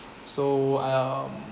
so I um